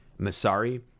Masari